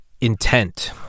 intent